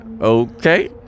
okay